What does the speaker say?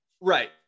Right